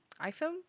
iPhone